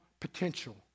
Potential